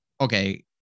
okay